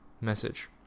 message